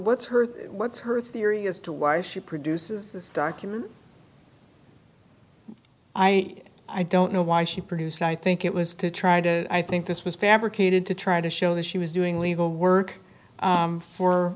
what's her what's her theory as to why she produces this document i don't know why she produced i think it was to try to i think this was fabricated to try to show that she was doing legal work